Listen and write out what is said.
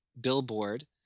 billboard